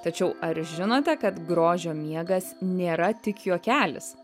tačiau ar žinote kad grožio miegas nėra tik juokelis